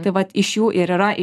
tai vat iš jų ir yra